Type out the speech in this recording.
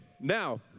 now